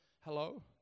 Hello